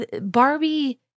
Barbie